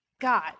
God